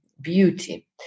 beauty